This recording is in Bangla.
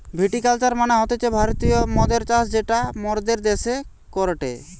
ভিটি কালচার মানে হতিছে ভারতীয় মদের চাষ যেটা মোরদের দ্যাশে করেটে